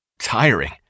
Tiring